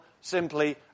simply